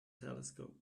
telescope